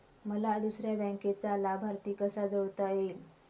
मला दुसऱ्या बँकेचा लाभार्थी कसा जोडता येईल?